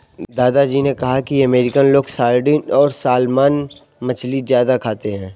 दादा जी ने कहा कि अमेरिकन लोग सार्डिन और सालमन मछली ज्यादा खाते हैं